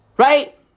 Right